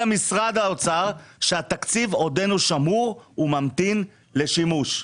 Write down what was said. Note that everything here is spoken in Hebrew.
משרד האוצר שהתקציב עודנו שמור וממתין לשימוש.